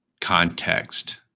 context